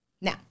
Now